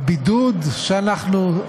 הבידוד שאנחנו,